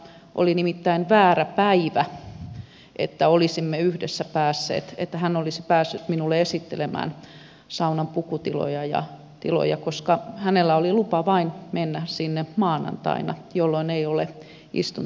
oli nimittäin väärä päivä että olisimme yhdessä päässeet että hän olisi päässyt minulle esittelemään saunan pukutiloja ja tiloja koska hänellä oli lupa mennä sinne vain maanantaina jolloin ei ole istuntopäivä